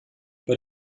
bei